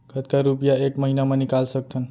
कतका रुपिया एक महीना म निकाल सकथन?